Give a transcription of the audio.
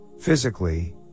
physically